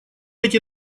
эти